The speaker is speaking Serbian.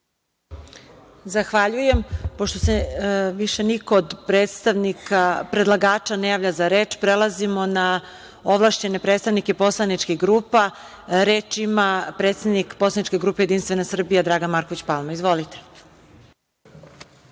Zahvaljujem. Pošto se više niko od predstavnika predlagača ne javlja za reč prelazimo na ovlašćene predstavnike poslaničkih grupa. Reč ima predsednik poslaničke grupe JS Dragan Marković Palma. Izvolite.